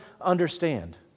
understand